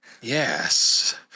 Yes